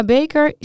Baker